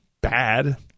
bad